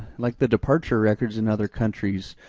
like the departure records in other countries,